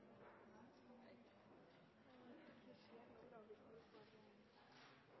det skjer